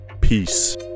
Peace